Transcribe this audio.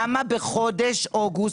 למה בחודש אוגוסט,